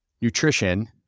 nutrition